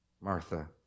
Martha